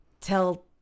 tell